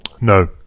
No